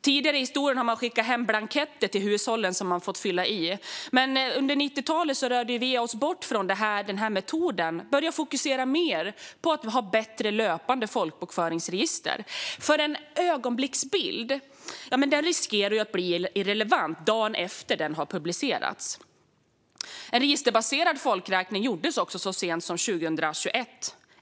Tidigare har man skickat hem blanketter som hushållen fått fylla i, men under 90-talet rörde man sig bort från den metoden och fokuserade på att i stället ha bättre löpande folkbokföringsregister. En ögonblicksbild riskerar nämligen att bli irrelevant dagen efter att den har publicerats. En registerbaserad folkräkning gjordes också så sent som 2021.